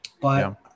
But-